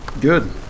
Good